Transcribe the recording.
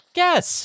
guess